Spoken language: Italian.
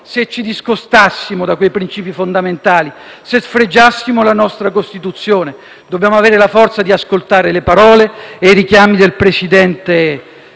se ci discostassimo da quei princìpi fondamentali e se sfregiassimo la nostra Costituzione. Dovremmo avere la forza di ascoltare le parole e i richiami del presidente